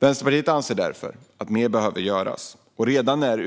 Vänsterpartiet anser därför att mer behöver göras. Redan när